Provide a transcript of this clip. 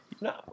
no